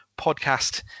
podcast